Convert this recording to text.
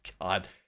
God